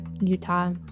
Utah